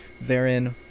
Therein